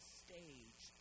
stage